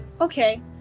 Okay